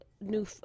new